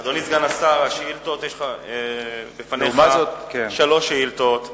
אדוני סגן השר, יש שלוש שאילתות לפניך.